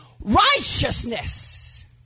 righteousness